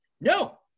No